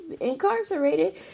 incarcerated